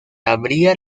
abría